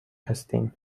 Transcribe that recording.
هستیم